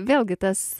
vėlgi tas